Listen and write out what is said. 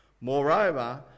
Moreover